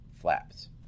flaps